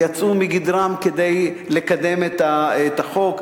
ויצאו מגדרם כדי לקדם את החוק,